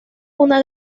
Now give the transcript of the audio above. una